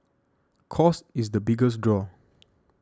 cost is the biggest draw